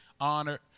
honored